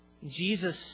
Jesus